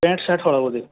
pant shirt ହଳ ବୋଧେ